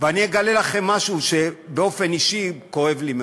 ואני אגלה לכם משהו שבאופן אישי כואב לי מאוד.